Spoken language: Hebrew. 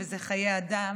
אלה חיי אדם.